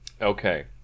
Okay